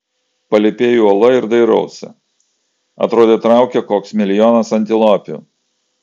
palypėju uola ir dairausi atrodė traukia koks milijonas antilopių